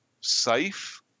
safe